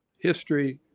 history,